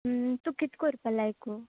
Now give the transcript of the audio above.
तुका कित कोरपा लायकू